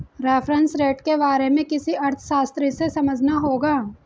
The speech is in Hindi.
रेफरेंस रेट के बारे में किसी अर्थशास्त्री से समझना होगा